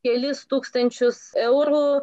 kelis tūkstančius eurų